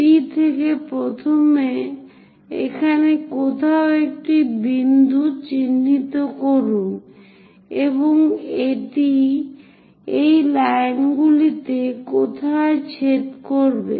P থেকে প্রথমে এখানে কোথাও একটি বিন্দু চিহ্নিত করুন এবং এটি এই লাইনগুলিতে কোথাও ছেদ করবে